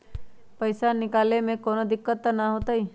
पईसा निकले में कउनो दिक़्क़त नानू न होताई?